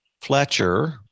fletcher